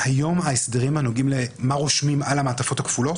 בהסדרים הנוגעים היום לשאלה מה רושמים על המעטפות הכפולות,